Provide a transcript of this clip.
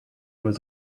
was